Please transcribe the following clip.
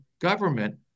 government